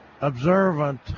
observant